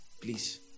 Please